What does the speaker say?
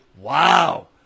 wow